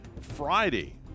Friday